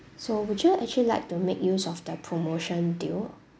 so would you actually like to make use of the promotion deal